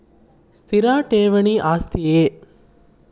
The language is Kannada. ಸ್ಥಿರ ಠೇವಣಿ ಆಸ್ತಿಯೇ?